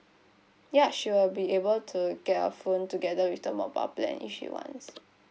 yup sure you'll be able to get a phone together with the mobile plan if she wants